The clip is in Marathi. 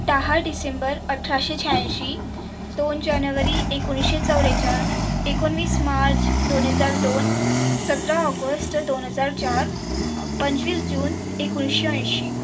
दहा डिसेंबर अठराशे शहाऐंशी दोन जानेवरी एकोणीसशे चव्वेचाळ एकोणवीस मार्च दोन हजार दोन सतरा ऑगस्ट दोन हजार चार पंचवीस जून एकोणीसशे ऐंशी